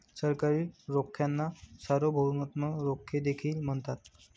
सरकारी रोख्यांना सार्वभौमत्व रोखे देखील म्हणतात